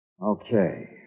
Okay